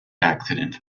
accidents